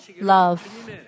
love